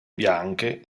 bianche